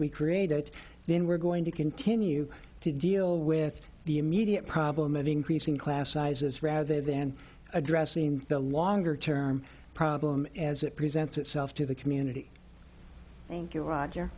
we create it then we're going to continue to deal with the immediate problem of increasing class sizes rather than addressing the longer term problem as it presents itself to the community thank you roger